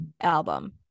album